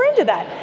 we're into that.